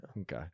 Okay